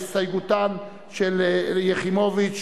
ההסתייגות לחלופין של קבוצת סיעת חד"ש,